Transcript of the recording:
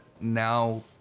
now